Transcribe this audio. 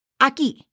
aquí